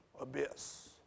abyss